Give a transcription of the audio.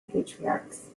patriarchs